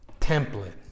template